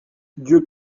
dieu